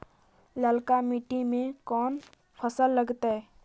ललका मट्टी में कोन फ़सल लगतै?